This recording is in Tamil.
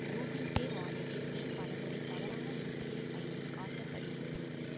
கூகிள்பே வாலெட்டில் ஏன் பலமுறை தவறான யுபிஐ ஐடி காட்டப்படுகிறது